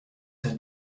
her